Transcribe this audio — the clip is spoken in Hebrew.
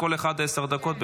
כל אחד עשר דקות,